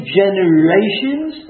generations